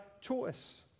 choice